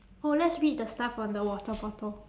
oh let's read the stuff on the water bottle